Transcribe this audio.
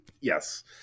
yes